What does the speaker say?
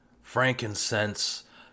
Frankincense